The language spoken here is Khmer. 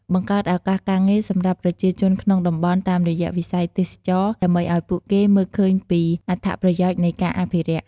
បង្កើតឱកាសការងារសម្រាប់ប្រជាជនក្នុងតំបន់តាមរយៈវិស័យទេសចរណ៍ ដើម្បីឱ្យពួកគេមើលឃើញពីអត្ថប្រយោជន៍នៃការអភិរក្ស។